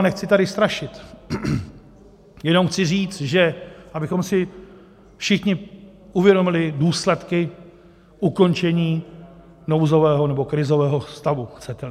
A nechci tady strašit, jenom chci říct, abychom si všichni uvědomili důsledky ukončení nouzového, nebo krizového stavu, chceteli.